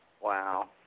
Wow